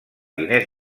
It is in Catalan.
diners